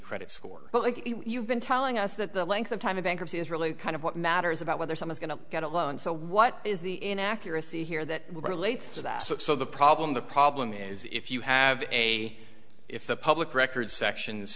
credit score but you've been telling us that the length of time in bankruptcy is really kind of what matters about whether some is going to get a loan so what is the inaccuracy here that relates to that so the problem the problem is if you have a if the public record sections